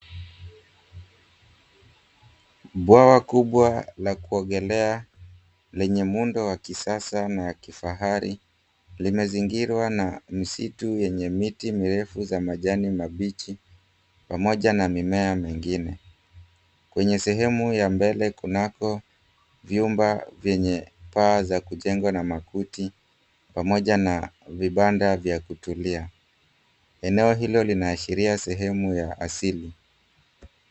Bwawa kubwa la kuogelea lenye muundo wa kisasa na kifahari limezingirwa na msitu yenye miti mirefu za majani mabichi, pamoja na mimea mengine. Kwenye sehemu ya mbele kunako vyumba vyenye paa za kujengwa na makuti pamoja na vibanda vya kutulia. Eneo hilo linaashiria sehemu ya asili.